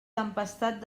tempestat